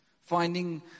finding